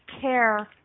care